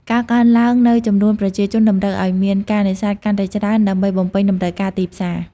ការកើនឡើងនូវចំនួន ប្រជាជន តម្រូវឱ្យមានការនេសាទកាន់តែច្រើនដើម្បីបំពេញតម្រូវការទីផ្សារ។